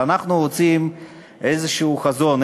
אבל אנחנו רוצים איזה חזון,